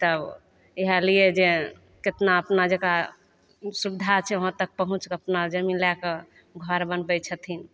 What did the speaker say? तऽ इएह लिए जे कतना अपना जकरा सुविधा छै वहाँ तक पहुँचिके अपना जमीन लैके घर बनबै छथिन